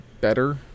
better